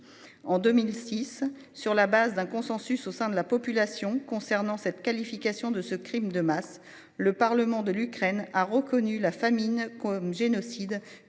en 2006 sur la base d'un consensus au sein de la population concernant cette qualification de ce Crime de masse le Parlement de l'Ukraine, a reconnu la famine comme génocide contre